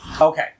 Okay